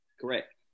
Correct